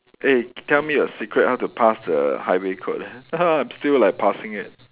eh tell me a secret how to pass the highway code leh I'm still like passing it